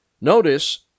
Notice